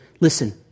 Listen